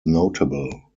notable